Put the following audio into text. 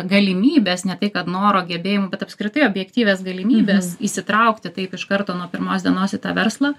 galimybes ne tai kad noro gebėjimų bet apskritai objektyvias galimybes įsitraukti taip iš karto nuo pirmos dienos į tą verslą